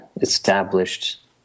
established